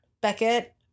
Beckett